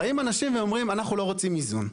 באים אנשים ואומרים אנחנו לא רוצים איזון.